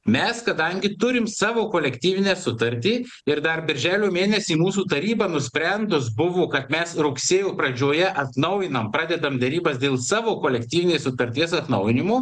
mes kadangi turim savo kolektyvinę sutartį ir dar birželio mėnesį mūsų taryba nusprendus buvo kad mes rugsėjo pradžioje atnaujinam pradedam derybas dėl savo kolektyvinės sutarties atnaujinimo